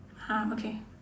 !huh! okay